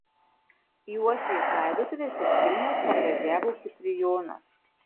į uošvės laidotuves iš vilniaus parvažiavo kiprijonas